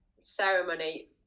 ceremony